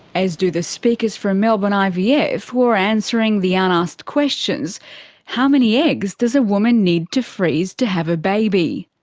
as do the speakers from melbourne ivf yeah ivf who are answering the unasked questions how many eggs does a woman need to freeze to have a baby?